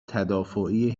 تدافعی